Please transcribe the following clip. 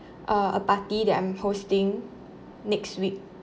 uh a party that I'm hosting next week